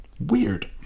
weird